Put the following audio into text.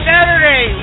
Saturday